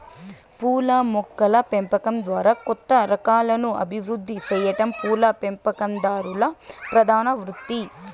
పూల మొక్కల పెంపకం ద్వారా కొత్త రకాలను అభివృద్ది సెయ్యటం పూల పెంపకందారుల ప్రధాన వృత్తి